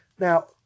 Now